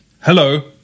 Hello